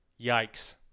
yikes